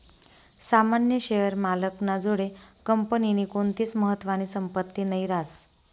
सामान्य शेअर मालक ना जोडे कंपनीनी कोणतीच महत्वानी संपत्ती नही रास